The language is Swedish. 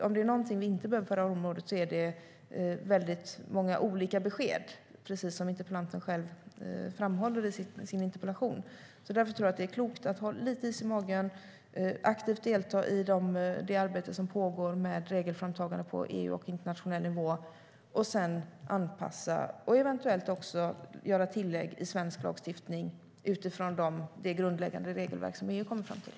Om det är något vi inte behöver på detta område så är det många olika besked, precis som interpellanten själv framhöll i sin interpellation. Därför tror jag att det är klokt att ha lite is i magen, delta aktivt i det arbete som pågår med regelframtagande på EU-nivå och på internationell nivå och sedan anpassa och eventuellt också göra tillägg i svensk lagstiftning utifrån det grundläggande regelverk som EU kommer fram till.